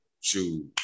shoot